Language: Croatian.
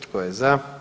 Tko je za?